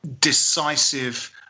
Decisive